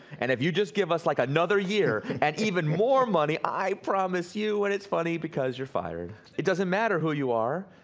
and if you just give us like another year and even more money, i promise you. and it's funny because you're fired. it doesn't matter who you are,